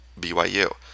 BYU